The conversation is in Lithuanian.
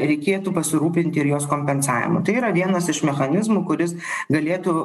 reikėtų pasirūpinti ir jos kompensavimo tai yra vienas iš mechanizmų kuris galėtų